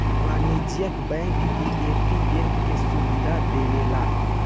वाणिज्यिक बैंक भी ए.टी.एम के सुविधा देवेला